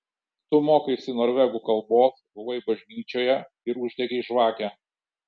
tu mokaisi norvegų kalbos buvai bažnyčioje ir uždegei žvakę